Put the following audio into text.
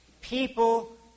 People